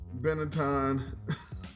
Benetton